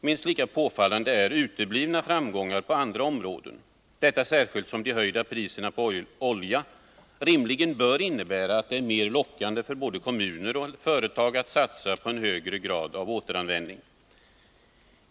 Minst lika påfallande är uteblivna framgångar på andra områden, detta särskilt som de höjda priserna på olja rimligen bör innebära att det är mer lockande för både kommuner och företag att satsa på en högre grad av återanvändning.